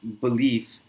belief